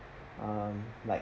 um like